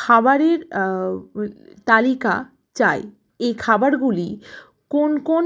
খাবারের তালিকা চাই এই খাবারগুলি কোন কোন